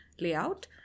layout